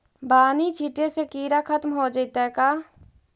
बानि छिटे से किड़ा खत्म हो जितै का?